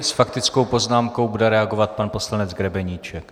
S faktickou poznámkou bude reagovat pan poslanec Grebeníček.